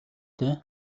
дээ